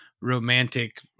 romantic